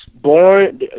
born